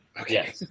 Okay